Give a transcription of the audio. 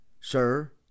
sir